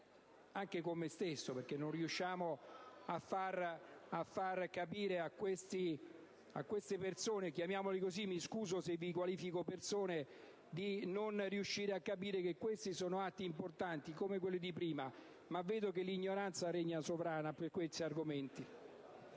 anche con me stesso, perché non riusciamo a far capire a queste persone - chiamiamole così e mi scuso se vi qualifico persone - che questi sono atti importanti, come quelli precedenti, ma vedo che l'ignoranza regna sovrana per questi argomenti.